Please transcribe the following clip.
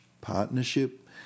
partnership